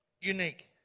unique